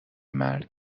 مرگ